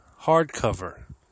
hardcover